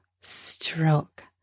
stroke